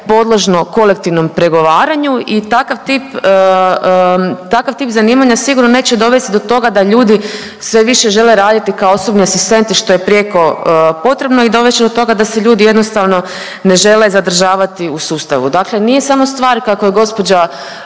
podložno kolektivnom pregovaranju i takav tip, takav tip zanimanja sigurno neće dovest do toga da ljudi sve više žele raditi kao osobni asistenti, što je prijeko potrebno i dovest će do toga da se ljudi jednostavno ne žele zadržavati u sustavu. Dakle nije samo stvar kako je gđa.